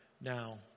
now